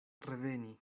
reveni